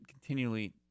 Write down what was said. continually